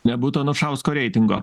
nebūtų anušausko reitingo